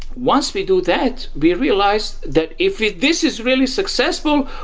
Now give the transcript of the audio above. once we do that, we realize that if this is really successful,